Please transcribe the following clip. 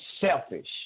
selfish